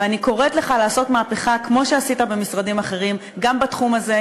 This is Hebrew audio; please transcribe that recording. ואני קוראת לך לעשות מהפכה כמו שעשית במשרדים אחרים גם בתחום הזה,